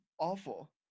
Awful